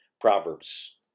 Proverbs